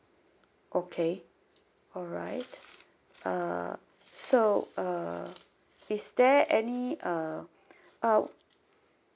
okay alright uh so uh is there any uh out